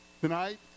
Tonight